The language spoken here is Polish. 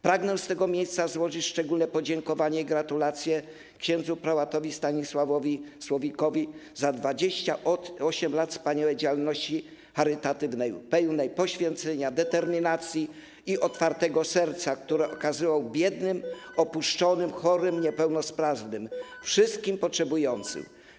Pragnę z tego miejsca złożyć szczególne podziękowania i gratulacje ks. prałatowi Stanisławowi Słowikowi za 28 lat wspaniałej działalności charytatywnej, pełnej poświęcenia, determinacji i otwartego serca, które okazywał biednym, opuszczonym, chorym, niepełnosprawnym - wszystkim potrzebującym.